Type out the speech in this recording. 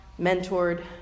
mentored